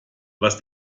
was